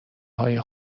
های